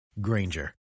Granger